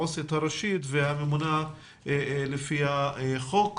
העו"סית הראשית והממונה לפי החוק.